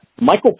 Michael